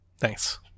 thanks